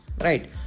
Right